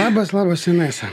labas labas inesa